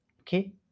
okay